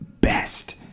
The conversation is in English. best